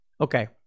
Okay